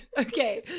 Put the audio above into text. Okay